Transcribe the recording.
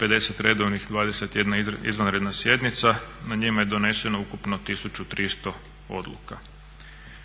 50 redovnih, 21 izvanredna sjednica. Na njima je doneseno ukupno 1300 odluka.